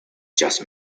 just